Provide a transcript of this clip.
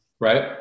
right